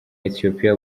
ethiopia